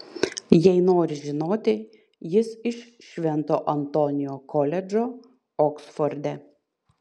jei nori žinoti jis iš švento antonio koledžo oksforde